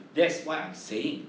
that's why I say